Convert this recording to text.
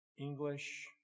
English